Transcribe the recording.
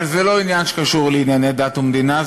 אבל זה לא עניין שקשור לענייני דת ומדינה,